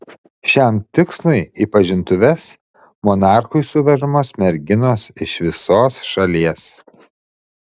šiam tikslui į pažintuves monarchui suvežamos merginos iš visos šalies